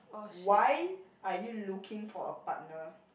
why are you looking for a partner